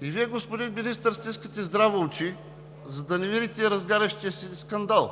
И Вие, господин Министър, стискате здраво очи, за да не видите разгарящия се скандал